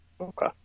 Okay